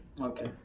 okay